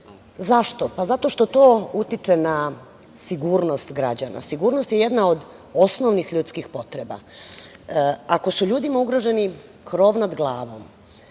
Zašto? Zato što to utiče na sigurnost građana. Sigurnost je jedna od osnovih ljudskih potreba. Ako su ljudima ugroženi krov nad glavom,